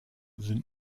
sind